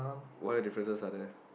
what differences are there